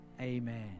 Amen